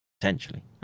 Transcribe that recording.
potentially